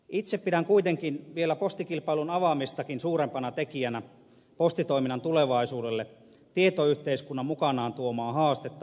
itse pidän kuitenkin postitoiminnan tulevaisuudelle vielä postikilpailun avaamistakin suurempana tekijänä tietoyhteiskunnan mukanaan tuomaa haastetta perinteiselle kirjepostille